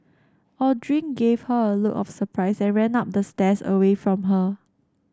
Aldrin gave her a look of surprise and ran up the stairs away from her